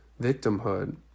victimhood